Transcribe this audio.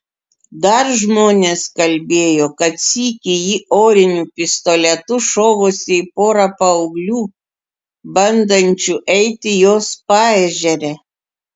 dar žmonės kalbėjo kad sykį ji oriniu pistoletu šovusi į porą paauglių bandančių eiti jos paežere